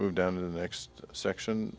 moved down in the next section